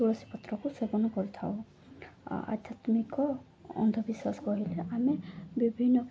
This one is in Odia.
ତୁଳସୀ ପତ୍ରକୁ ସେବନ କରିଥାଉ ଆଧ୍ୟାତ୍ମିକ ଅନ୍ଧବିଶ୍ୱାସ କହିଲେ ଆମେ ବିଭିନ୍ନ